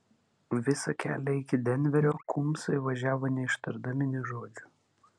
visą kelią iki denverio kumbsai važiavo neištardami nė žodžio